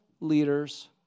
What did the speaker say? leaders